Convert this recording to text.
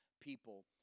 people